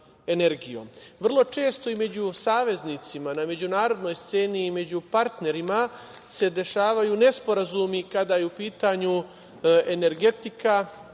Vrlo često među saveznicima na međunarodnoj sceni i među partnerima se dešavaju nesporazumi kada je u pitanju energetika